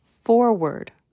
forward